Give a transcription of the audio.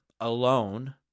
alone